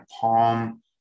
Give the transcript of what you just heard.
palm